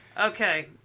Okay